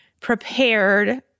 prepared